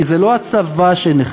כי זה לא הצבא שנחלש,